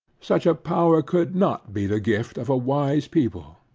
such a power could not be the gift of a wise people,